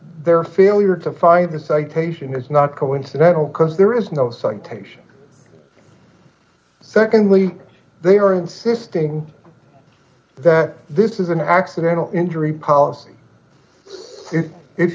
their failure to find a citation is not coincidental because there is no citation secondly they are insisting that this is an accidental injury policy if